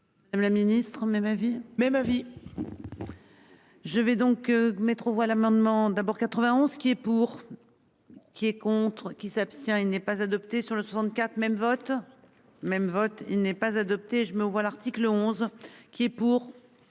Madame la Ministre même avis même avis. Je vais donc mettre aux voix l'amendement d'abord 91 qui est pour. Qui est contre qui s'abstient. Il n'est pas adopté sur le 64 même vote même vote il n'est pas adopté, je mets aux voix l'article 11 qui est pour.